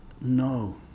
No